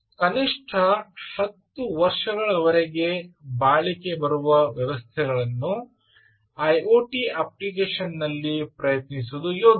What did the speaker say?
ಕನಿಷ್ಠ 10 ವರ್ಷಗಳ ವರೆಗೆ ಬಾಳಿಕೆ ಬರುವ ವ್ಯವಸ್ಥೆಗಳನ್ನು ಐಒಟಿ ಅಪ್ಲಿಕೇಶನ್ ನಲ್ಲಿ ಪ್ರಯತ್ನಿಸುವುದು ಯೋಗ್ಯ